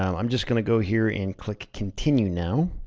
um i'm just gonna go here and click continue now.